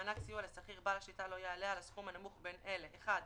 מענק סיוע לשכיר בעל שליטה לא יעלה על הסכום הנמוך מבין אלה: (1)